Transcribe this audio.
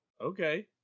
Okay